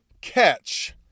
catch